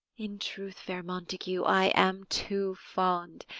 in truth, fair montague, i am too fond